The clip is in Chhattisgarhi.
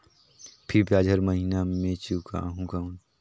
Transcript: फिर ब्याज हर महीना मे चुकाहू कौन?